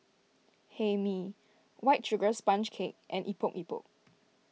Hae Mee White Sugar Sponge Cake and Epok Epok